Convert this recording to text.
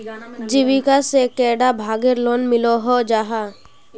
जीविका से कैडा भागेर लोन मिलोहो जाहा?